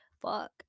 fuck